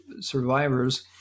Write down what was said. survivors